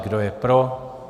Kdo je pro?